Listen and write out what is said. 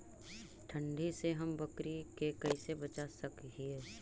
ठंडी से हम बकरी के कैसे बचा सक हिय?